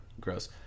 gross